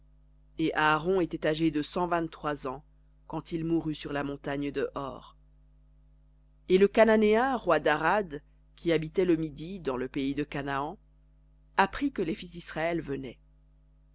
et aaron était âgé de cent vingt trois ans quand il mourut sur la montagne de hor et le cananéen roi d'arad qui habitait le midi dans le pays de canaan apprit que les fils d'israël